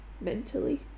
mentally